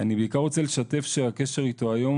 אני בעיקר רוצה לשתף על הקשר איתו היום